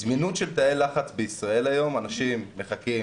זמינות של תאי לחץ בישראל היום, אנשים מחכים